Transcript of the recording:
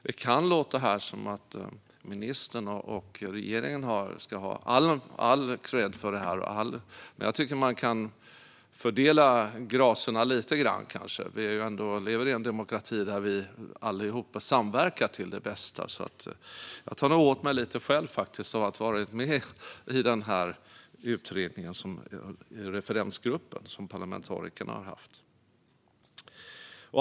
Det kan låta här som att ministern och regeringen ska ha all kredd för detta, men jag tycker att man kan fördela gracerna lite grann. Vi lever ändå i en demokrati där vi allihopa samverkar till det bästa, så jag tar nog åt mig lite själv av att ha varit med i denna utrednings referensgrupp, som parlamentarikerna har haft.